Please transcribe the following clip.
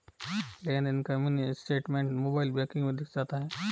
लेनदेन का mini statement mobile banking में दिख जाता है